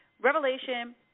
Revelation